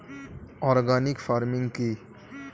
Organic farming কি?